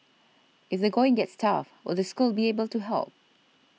if they going gets tough will the school be able to help